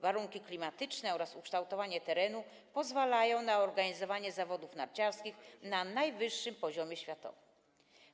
Warunki klimatyczne oraz ukształtowanie terenu pozwalają na organizowanie zawodów narciarskich na najwyższym światowym poziomie.